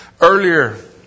earlier